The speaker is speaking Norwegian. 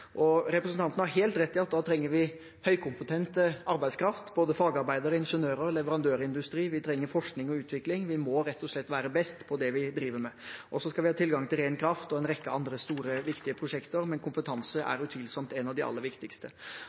Representanten har helt rett i at da trenger vi høykompetent arbeidskraft, både fagarbeidere, ingeniører og leverandørindustri. Vi trenger forskning og utvikling. Vi må rett og slett være best på det vi driver med. Så skal vi ha tilgang til ren kraft og en rekke andre store, viktige prosjekter. Men kompetanse er utvilsomt noe av det aller viktigste.